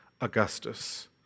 Augustus